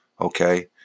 okay